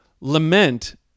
Lament